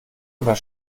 oder